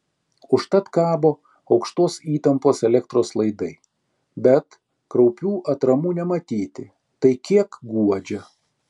užtat kabo aukštos įtampos elektros laidai bet kraupių atramų nematyti tai kiek guodžia